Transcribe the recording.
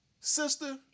sister